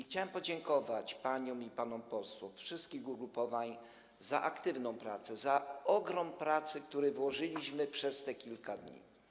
Chciałem podziękować paniom i panom posłom wszystkich ugrupowań za aktywną pracę, za ogrom pracy, którą w to włożyliśmy przez te kilka dni.